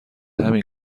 همین